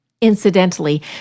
Incidentally